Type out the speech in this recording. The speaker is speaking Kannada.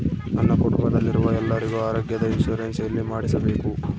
ನನ್ನ ಕುಟುಂಬದಲ್ಲಿರುವ ಎಲ್ಲರಿಗೂ ಆರೋಗ್ಯದ ಇನ್ಶೂರೆನ್ಸ್ ಎಲ್ಲಿ ಮಾಡಿಸಬೇಕು?